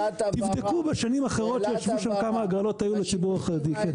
תבדקו בשנים האחרות שישבו שם כמה הגרלות היו לציבור החרדי.